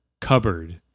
cupboard